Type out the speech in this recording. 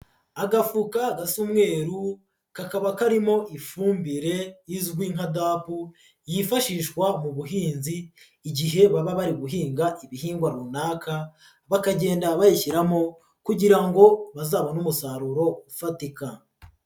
Agafuka gasa umweru, kakaba karimo ifumbire izwi nka DAP yifashishwa mu buhinzi igihe baba bari guhinga ibihingwa runaka bakagenda bayishyiramo kugira ngo bazabone umusaruro ufatika.